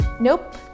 Nope